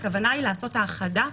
הכוונה היא לעשות האחדה,